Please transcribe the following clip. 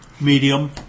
Medium